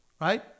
Right